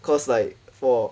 cause like for